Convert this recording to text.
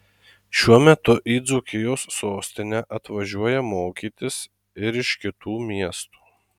šiuo metu į dzūkijos sostinę atvažiuoja mokytis ir iš kitų miestų